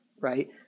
right